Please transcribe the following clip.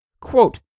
Quote